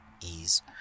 ease